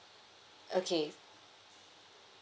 okay